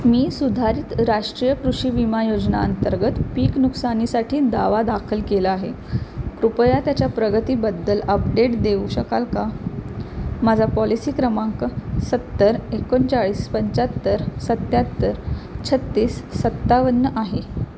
मी सुधारित राष्ट्रीय कृषी विमा योजना अंतर्गत पीक नुकसानीसाठी दावा दाखल केला आहे कृपया त्याच्या प्रगतीबद्दल अपडेट देऊ शकाल का माझा पॉलिसी क्रमांक सत्तर एकोणचाळीस पंच्याहत्तर सत्त्याहत्तर छत्तीस सत्तावन्न आहे